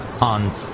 on